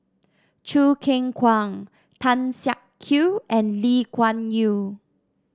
Choo Keng Kwang Tan Siak Kew and Lee Kuan Yew